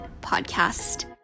podcast